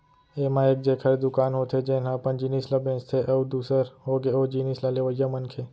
ऐमा एक जेखर दुकान होथे जेनहा अपन जिनिस ल बेंचथे अउ दूसर होगे ओ जिनिस ल लेवइया मनखे